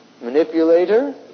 manipulator